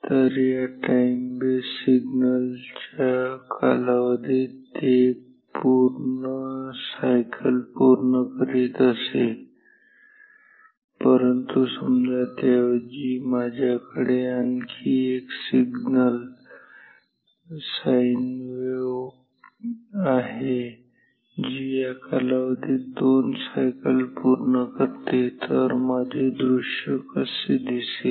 तर या time base signal च्या एका कालावधीत ते एक सायकल पूर्ण करीत असे परंतु समजा त्याऐवजी माझ्याकडे आणखी एक सिग्नल साइन वेव्ह आहे जी या कालावधीत 2 सायकल पूर्ण करते तर माझे दृश्य कसे असेल